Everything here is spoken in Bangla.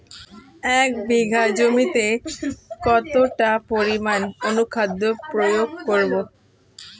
এক বিঘা জমিতে কতটা পরিমাণ অনুখাদ্য প্রয়োগ করব?